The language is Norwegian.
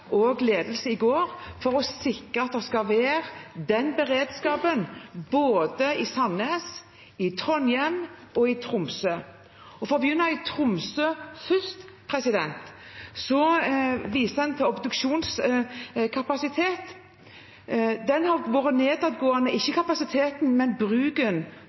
og ledelse i går, å sikre at det er slik beredskap både i Sandnes, i Trondheim og i Tromsø. For å begynne i Tromsø først så viser en til obduksjonskapasitet. Den har vært nedadgående – ikke kapasiteten, men bruken